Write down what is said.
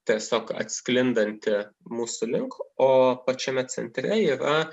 tiesiog atsklindanti mūsų link o pačiame centre yra